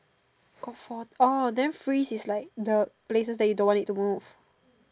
got four orh then freeze is like the places that you don't want it to move